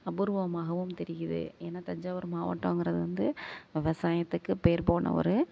அபூர்வமாகவும் தெரியுது ஏன்னா தஞ்சாவூர் மாவட்டோங்கறது வந்து விவசாயத்துக்கு பேர்போன ஒரு